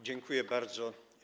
Dziękuję bardzo.